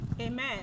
Amen